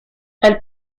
elle